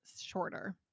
shorter